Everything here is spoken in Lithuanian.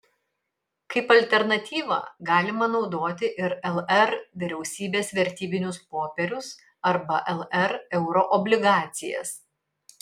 kaip alternatyvą galima naudoti ir lr vyriausybės vertybinius popierius arba lr euroobligacijas